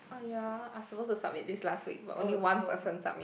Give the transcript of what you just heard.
oh you all are supposed to submit this last week but only one person submit